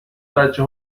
بچه